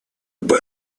был